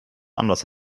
anders